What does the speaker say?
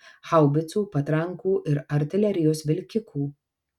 haubicų patrankų ir artilerijos vilkikų